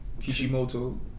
Kishimoto